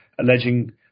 alleging